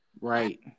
Right